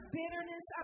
bitterness